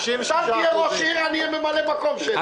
אתה תהיה ראש העירייה ואני אהיה ממלא המקום שלך ...